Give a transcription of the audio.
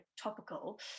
topical